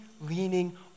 leaning